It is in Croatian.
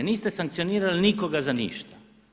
Niste sankcionirali nikoga za ništa.